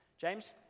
James